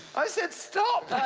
i said stop!